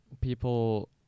people